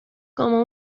como